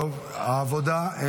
העבודה?